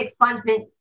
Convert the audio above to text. expungement